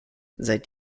seit